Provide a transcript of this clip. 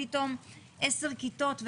ופתאום מדובר ב-10 כיתות,